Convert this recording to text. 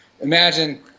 imagine